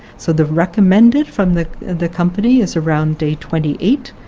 so the recommended from the the company is around day twenty eight,